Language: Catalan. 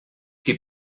qui